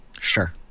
sure